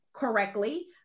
correctly